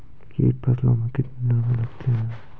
कीट फसलों मे कितने दिनों मे लगते हैं?